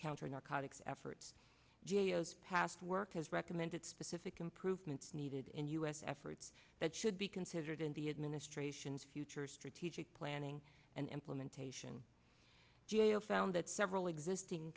counter narcotics efforts gio's past work has recommended specific improvements needed in u s efforts that should be considered in the administration's future strategic planning and implementation detail found that several existing